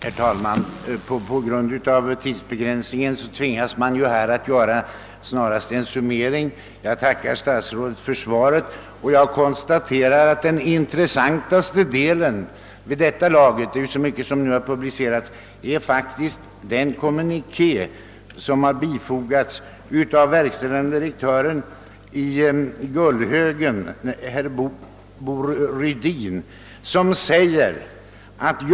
Herr talman! På grund av tidsbegränsningen tvingas jag göra endast en summering. Jag tackar statsrådet för svaret och konstaterar att den intressantaste delen vid det här laget — det är ju så mycket som nu har publicerats — faktiskt är den kommuniké av verkställande direktören i AB Gullhögens bruk, herr Bo Rydin, som fogats till kommunikén.